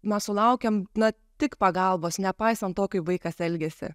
mes sulaukiam na tik pagalbos nepaisant to kaip vaikas elgiasi